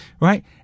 Right